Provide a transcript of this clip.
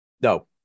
No